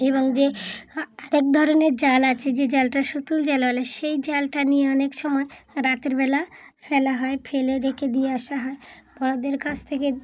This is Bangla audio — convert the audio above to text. এবং যে আরেক ধরনের জাল আছে যে জালটা জাল বলে সেই জালটা নিয়ে অনেক সময় রাতেরবেলা ফেলা হয় ফেলে রেখে দিয়ে আসা হয় বড়োদের কাছ থেকে